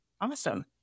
Awesome